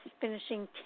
finishing